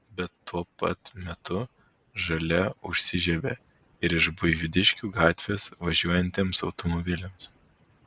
bet tuo pat metu žalia užsižiebia ir iš buivydiškių gatvės važiuojantiems automobiliams